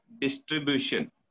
distribution